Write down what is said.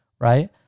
right